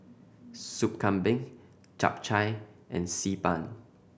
Sup Kambing Chap Chai and Xi Ban